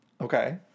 Okay